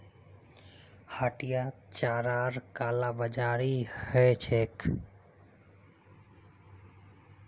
हटियात चारार कालाबाजारी ह छेक